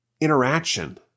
interaction